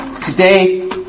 Today